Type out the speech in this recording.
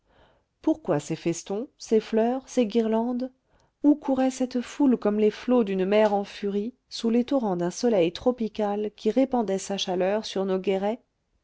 pourquoi ces festons ces fleurs ces guirlandes où courait cette foule comme les flots d'une mer en furie sous les torrents d'un soleil tropical qui répandait sa chaleur sur nos guérets